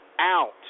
out